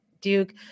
Duke